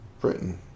Britain